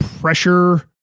pressure